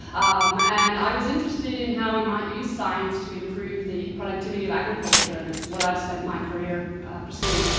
um and i was interested in how we might use science to improve the productivity of agriculture. and it's what i've spent my career pursuing.